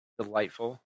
Delightful